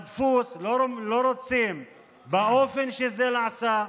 בדפוס, באופן שבו זה נעשה,